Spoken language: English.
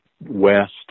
west